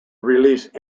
release